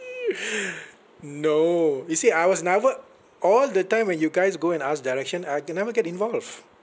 no you see I was never all the time when you guys go and ask direction I can never get involved